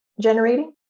generating